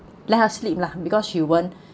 let her sleep lah because she won't